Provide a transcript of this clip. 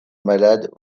malades